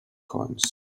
coins